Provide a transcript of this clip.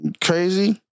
Crazy